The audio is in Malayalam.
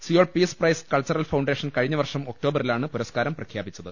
Seoul peace prize cultural foundation കഴിഞ്ഞ വർഷം ഒക്ടോബറിലാണ് പുരസ്കാരം പ്രഖ്യാപിച്ചത്